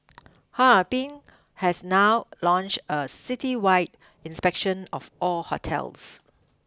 Harbin has now launched a citywide inspection of all hotels